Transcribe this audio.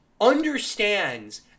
understands